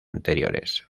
anteriores